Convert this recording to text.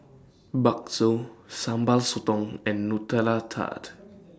Bakso Sambal Sotong and Nutella Tart